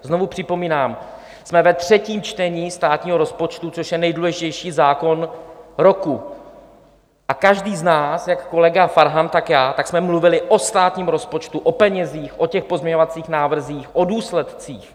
Znovu připomínám, jsme ve třetím čtení státního rozpočtu, což je nejdůležitější zákon roku, a každý z nás, jak kolega Farhan, tak já, jsme mluvili o státním rozpočtu, o penězích, o pozměňovacích návrzích, o důsledcích.